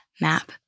map